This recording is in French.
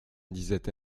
disait